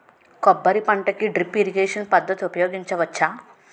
కొబ్బరి పంట కి డ్రిప్ ఇరిగేషన్ పద్ధతి ఉపయగించవచ్చా?